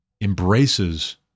embraces